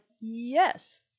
yes